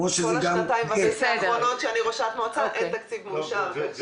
כל השנתיים וחצי האחרונות שאני ראשת מועצה אין תקציב מאושר.